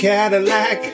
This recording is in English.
Cadillac